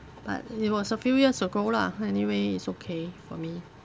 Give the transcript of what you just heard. but it was a few years ago lah anyway it's okay for me